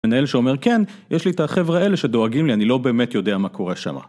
מנהל שאומר, כן, יש לי את החבר'ה האלה שדואגים לי, אני לא באמת יודע מה קורה שם.